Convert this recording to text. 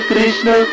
Krishna